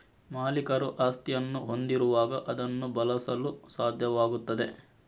ಮಾಲೀಕರು ಆಸ್ತಿಯನ್ನು ಹೊಂದಿರುವಾಗ ಅದನ್ನು ಬಳಸಲು ಸಾಧ್ಯವಾಗುತ್ತದೆ